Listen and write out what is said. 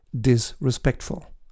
disrespectful